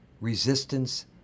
resistance